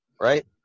right